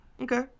Okay